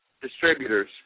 distributors